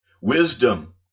Wisdom